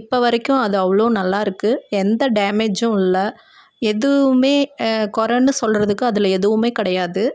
இப்போ வரைக்கும் அது அவ்வளோ நல்லா இருக்குது எந்த டேமேஜும் இல்லை எதுவுமே குறைன்னு சொல்கிறதுக்கு அதில் எதுவுமே கிடையாது